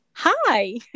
Hi